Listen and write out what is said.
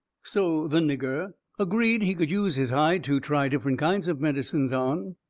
so the nigger agreed he could use his hide to try different kinds of medicines on.